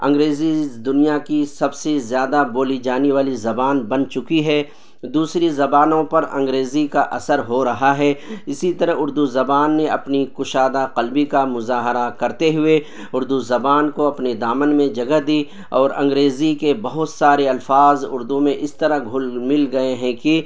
انگریزی دنیا کی سب سے زیادہ بولی جانے والی زبان بن چکی ہے دوسری زبانوں پر انگریزی کا اثر ہو رہا ہے اسی طرح اردو زبان نے اپنی کشادہ قلبی کا مظاہرہ کرتے ہوئے اردو زبان کو اپنے دامن میں جگہ دی اور انگریزی کے بہت سارے الفاظ اردو میں اس طرح گھل مل گئے ہیں کہ